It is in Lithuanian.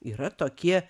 yra tokie